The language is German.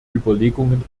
überlegungen